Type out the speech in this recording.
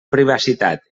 privacitat